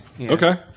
Okay